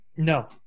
No